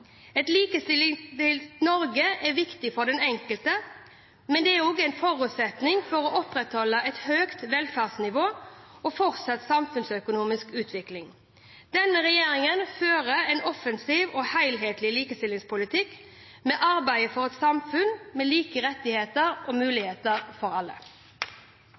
et ansvar. Et likestilt Norge er viktig for den enkelte. Men det er også en forutsetning for å opprettholde et høyt velferdsnivå og fortsatt samfunnsøkonomisk utvikling. Denne regjeringen fører en offensiv og helhetlig likestillingspolitikk. Vi arbeider for et samfunn med like rettigheter og muligheter for alle.